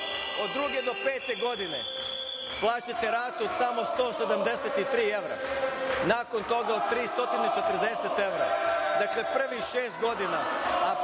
Od druge do pete godine plaćate ratu od samo 173 evra. Nakon toga od 340 evra. Dakle, prvih šest godina apsolutno